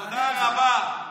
תודה רבה.